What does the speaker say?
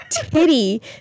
titty